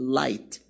light